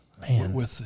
Man